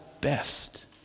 best